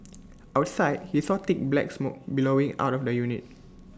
outside he saw thick black smoke billowing out of the unit